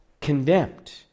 condemned